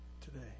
today